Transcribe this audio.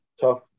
Tough